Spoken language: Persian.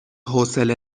حوصله